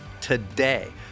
today